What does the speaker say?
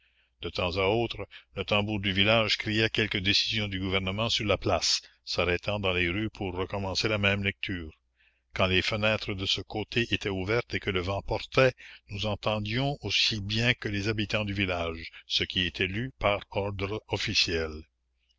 de temps à autre le tambour du village criait quelque décision du gouvernement sur la place s'arrêtant dans les rues pour recommencer la même lecture quand les fenêtres de ce côté étaient ouvertes et que le vent portait nous entendions aussi bien que les habitants du village ce qui était lu par ordre officiel